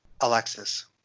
Alexis